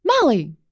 Molly